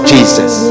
Jesus